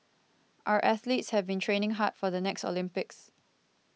our athletes have been training hard for the next Olympics